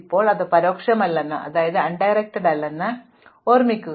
ഇപ്പോൾ ഇത് പരോക്ഷമല്ലെന്ന് ഓർമ്മിക്കുക